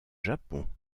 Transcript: japon